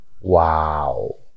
Wow